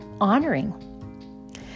honoring